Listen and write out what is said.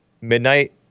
midnight